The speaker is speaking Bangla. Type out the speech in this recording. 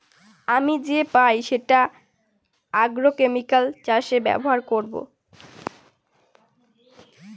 আমি যে পাই সেটা আগ্রোকেমিকাল চাষে ব্যবহার করবো